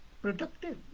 productive